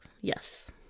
Yes